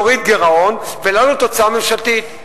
להוריד גירעון ולהעלות תוצר ממשלתי.